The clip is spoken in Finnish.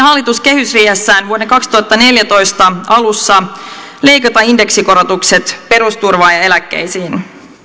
hallitus kehysriihessään vuoden kaksituhattaneljätoista alussa leikata indeksikorotukset perusturvaan ja eläkkeisiin